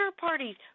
parties